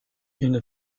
une